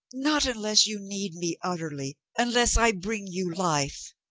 not unless you need me utterly, unless i bring you life.